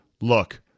look